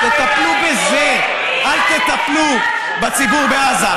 תטפלו בזה, אל תטפלו בציבור בעזה.